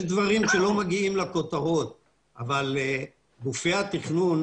יש דברים שלא מגיעים לכותרות אבל גופי התכנון